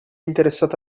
interessata